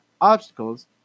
obstacles